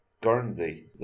Guernsey